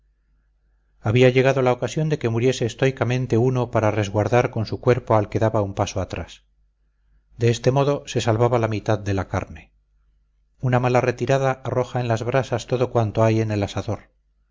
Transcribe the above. había llegado la ocasión de que muriese estoicamente uno para resguardar con su cuerpo al que daba un paso atrás de este modo se salvaba la mitad de la carne una mala retirada arroja en las brasas todo cuanto hay en el asador